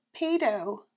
pedo